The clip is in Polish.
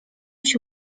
się